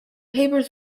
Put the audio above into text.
papers